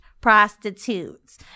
prostitutes